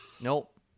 Nope